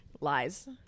Lies